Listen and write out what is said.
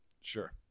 sure